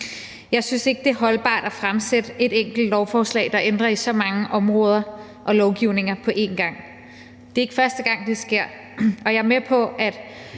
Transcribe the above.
Jeg synes ikke, det er holdbart at fremsætte et enkelt lovforslag, der ændrer på så mange områder og lovgivninger på én gang. Det er ikke første gang, det sker. Og jeg er med på, at